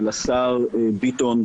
של השר ביטון,